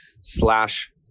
slash